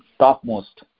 topmost